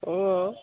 অঁ